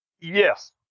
Yes